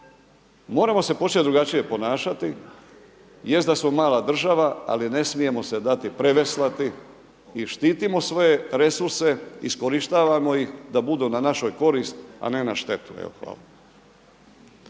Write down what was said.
Moramo se početi drugačije ponašati. Jest da smo mala država, ali ne smijemo se dati preveslati i štitimo svoje resurse, iskorištavajmo ih da budu na našu korist, a ne štetu. Evo